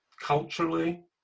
culturally